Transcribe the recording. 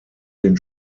den